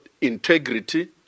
integrity